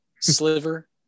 sliver